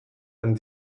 and